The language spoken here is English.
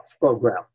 program